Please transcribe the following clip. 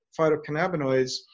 phytocannabinoids